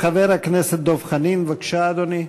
חבר הכנסת דב חנין, בבקשה, אדוני.